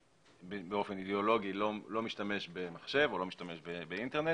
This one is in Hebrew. שבאופן אידיאולוגי לא משתמש במחשב או לא משתמש באינטרנט,